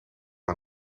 aan